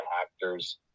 actors